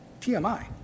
TMI